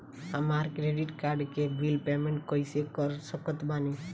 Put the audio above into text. हमार credit card के bill payment कइसे कर सकत बानी?